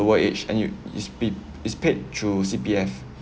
lower age and you is pa~ is paid through C_P_F